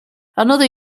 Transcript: another